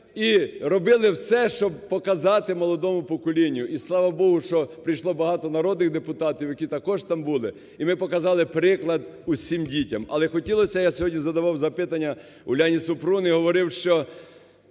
і робили все, щоб показати молодому поколінню. І слава Богу, що прийшло багато народу і депутатів, які також там були, і ми показали приклад усім дітям. Але хотілося, я сьогодні задавав запитання Уляні Супрун і говорив, що